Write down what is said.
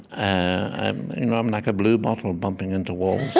i'm you know um like a bluebottle bumping into walls.